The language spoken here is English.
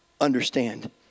understand